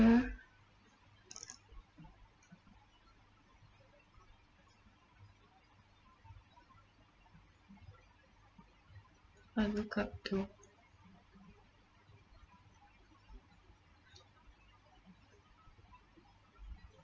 ya I look up to